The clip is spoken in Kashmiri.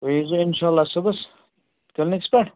تُہۍ یی زیٚو انشاءاللہ صُبحس کٕلنِکَس پیٹھ